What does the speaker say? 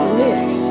miss